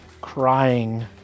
crying